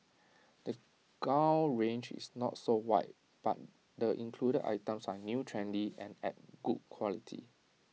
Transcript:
the gown range is not so wide but the included items are new trendy and at good quality